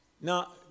Now